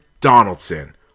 donaldson